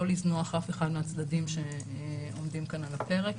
לא לזנוח אף אחד מהצדדים שעומדים כאן על הפרק.